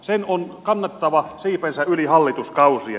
sen on kannettava siipensä yli hallituskausien